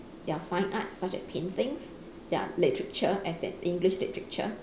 there are fine arts such as paintings there are literature as in english literature